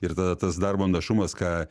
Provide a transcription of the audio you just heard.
ir tada tas darbo našumas ką